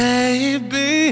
Baby